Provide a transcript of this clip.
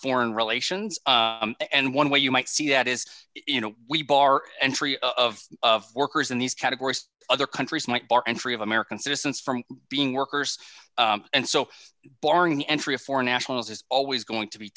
foreign relations and one way you might see that is you know we bar entry of of workers in these categories other countries might bar entry of american citizens from being workers and so barring the entry of foreign nationals is always going to be